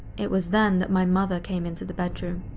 it was then that my mother came into the bedroom.